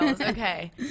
Okay